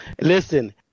Listen